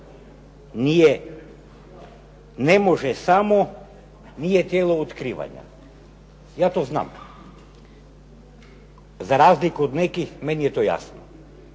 nije, ne može samo, nije tijelo otkrivanja. Ja to znam. Za razliku od nekih meni je to jasno.